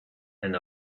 and